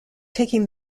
taking